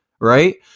right